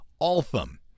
Altham